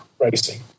racing